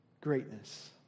greatness